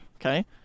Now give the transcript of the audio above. Okay